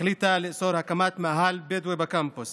החליטה לאסור הקמת מאהל בדואי בקמפוס